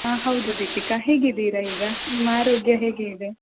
ಹಾಂ ಹೌದು ದೀಪಿಕಾ ಹೇಗಿದ್ದೀರಾ ಈಗ ನಿಮ್ಮ ಆರೋಗ್ಯ ಹೇಗೆ ಇದೆ